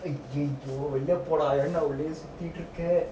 அய்யயோவெளிலபோடாஏன்டாஉள்ளேயேசுத்திட்டுஇருக்க:aiyayoo velila poda enda ullaiye sutthidhu irukka